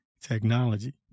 technology